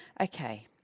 okay